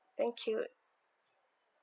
thank you